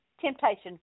temptation